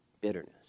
bitterness